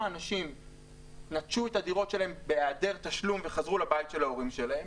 אנשים נטשו את הדירות שלהם בהיעדר תשלום וחזרו לבית של ההורים שלהם?